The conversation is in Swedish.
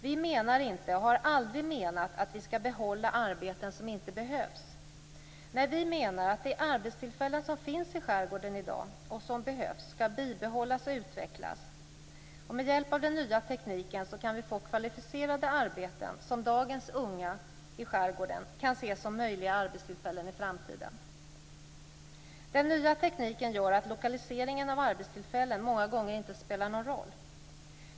Vi menar inte, och har aldrig menat, att vi skall behålla arbeten som inte behövs. Nej, vi menar att de arbetstillfällen som finns i skärgården i dag och som behövs skall bibehållas och utvecklas. Med hjälp av den nya tekniken kan vi få kvalificerade arbeten, som dagens unga i skärgården kan se som möjliga arbetstillfällen i framtiden. Den nya tekniken gör att lokaliseringen av arbetstillfällen många gånger inte spelar någon roll.